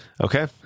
Okay